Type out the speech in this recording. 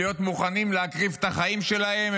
להיות מוכנים להקריב את החיים שלהם.